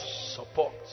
Support